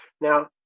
Now